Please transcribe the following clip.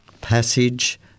passage